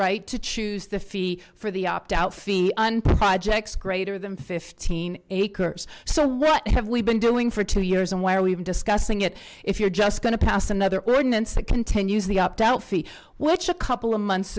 right to choose the fee for the opt out feeney on projects greater than fifteen acres so what have we been doing for two years and why are we even discussing it if you're just going to pass another ordinance that continues the opt out fee which a couple of months